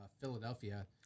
Philadelphia